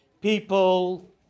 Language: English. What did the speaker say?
People